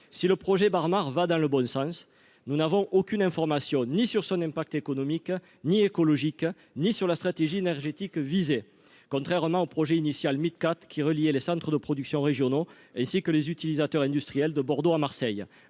si le projet Barnard va dans le bon sens, nous n'avons aucune information ni sur son impact économique ni écologique, ni sur la stratégie énergétique visée, contrairement au projet initial, Mike Catt qui relie les centres de production régionaux et ici que les utilisateurs industriels de Bordeaux à Marseille,